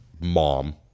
mom